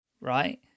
right